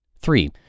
Three